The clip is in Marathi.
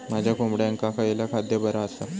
माझ्या कोंबड्यांका खयला खाद्य बरा आसा?